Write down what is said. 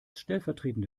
stellvertretende